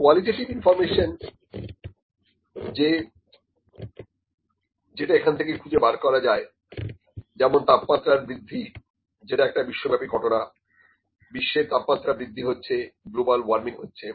qualitative information যে যেটা এখান থেকে খুঁজে বার করা যায় যেমন তাপমাত্রার বৃদ্ধি যেটা একটা বিশ্বব্যাপী ঘটনা বিশ্বের তাপমাত্রা বৃদ্ধি হচ্ছে গ্লোবাল ওয়ার্মিং হচ্ছে